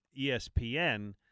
ESPN –